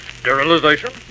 sterilization